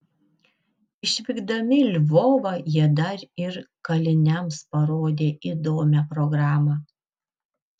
išvykdami į lvovą jie dar ir kaliniams parodė įdomią programą